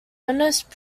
ernest